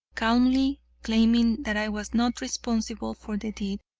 calmly claiming that i was not responsible for the deed,